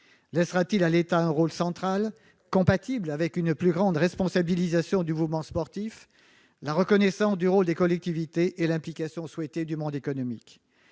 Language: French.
Laissera-t-il à l'État un rôle central compatible avec une plus grande responsabilisation du mouvement sportif, la reconnaissance du rôle des collectivités et l'implication souhaitée du monde économique ?